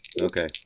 Okay